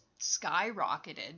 skyrocketed